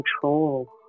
control